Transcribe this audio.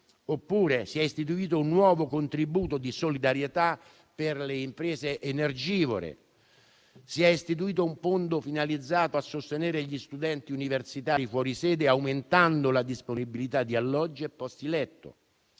poi istituiti un nuovo contributo di solidarietà per le imprese energivore e un fondo finalizzato a sostenere gli studenti universitari fuori sede, aumentando la disponibilità di alloggi e posti letto.